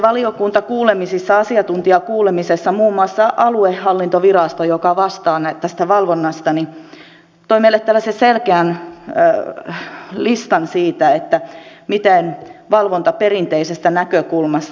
valiokunnan asiantuntijakuulemisessa muun muassa aluehallintovirasto joka vastaa tästä valvonnasta toi meille tällaisen selkeän listan siitä miten valvonta toimii perinteisestä näkökulmasta